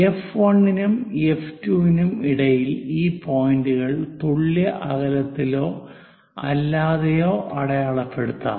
F 1 നും F 2 നും ഇടയിൽ ഈ പോയിന്ററുകൾ തുല്യ അകലത്തിലോ അല്ലാതെയോ അടയാളപ്പെടുത്താം